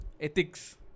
Ethics